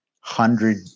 hundred